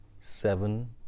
seven